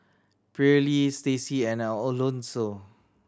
Pearly Staci and Alonso